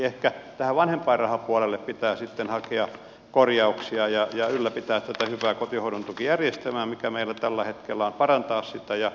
ehkä tähän vanhempainrahapuolelle pitää sitten hakea korjauksia ja ylläpitää tätä hyvää kotihoidon tukijärjestelmää mikä meillä tällä hetkellä on parantaa sitä